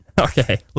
Okay